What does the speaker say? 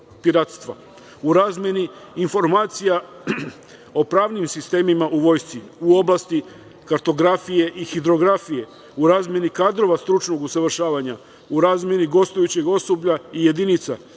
U razmeni informacija o pravnim sistemima u vojsci u oblasti kartografije i hidrografije, u razmeni kadrova stručnog usavršavanja. U razmeni gostujućeg osoblja i jedinici,